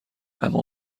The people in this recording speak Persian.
اما